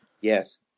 yes